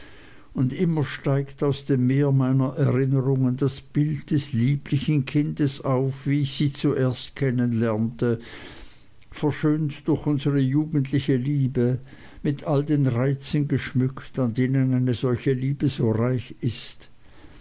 und immer steigt aus dem meer meiner erinnerungen das bild des lieblichen kindes auf wie ich sie zuerst kennen lernte verschönt durch unsere jugendliche liebe mit all den reizen geschmückt an denen eine solche liebe so reich ist